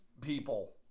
people